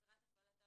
מטרת הפעלתן,